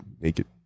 naked